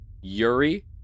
Yuri